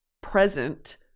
present